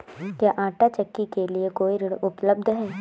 क्या आंटा चक्की के लिए कोई ऋण उपलब्ध है?